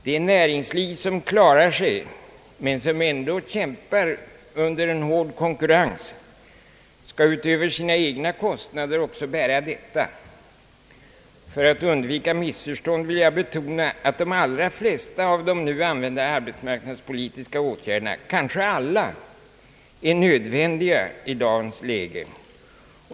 Det näringsliv som klarar sig men som ändå kämpar under hård konkurrens skall utöver sina egna kostnader också bära detta. För att undvika missförstånd vill jag betona att de allra flesta av de nu använda arbetsmarknadspolitiska åtgärderna, kanske alla, är nödvändiga i dagens läge.